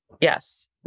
Yes